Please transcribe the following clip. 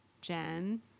Jen